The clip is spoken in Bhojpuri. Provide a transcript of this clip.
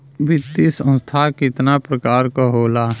वित्तीय संस्था कितना प्रकार क होला?